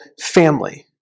family